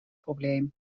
probleem